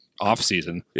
offseason